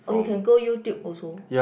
oh you can go YouTube also